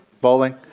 Bowling